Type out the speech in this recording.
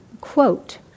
quote